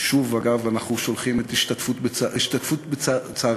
ושוב אנחנו שולחים השתתפות בצערך,